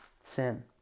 sin